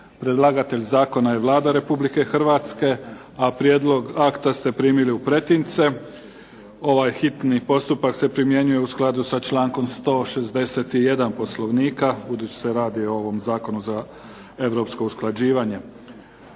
Predlagatelj zakona je Vlada Republike Hrvatske. A prijedlog akta ste primili u pretince. Ovaj hitni postupak se primjenjuje u skladu sa člankom 161. Poslovnika, budući se radi o ovom zakonu za europsko usklađivanje.